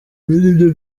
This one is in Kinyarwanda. nibyo